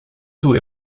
two